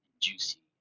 juicy